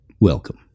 welcome